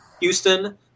Houston